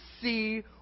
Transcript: see